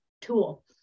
tool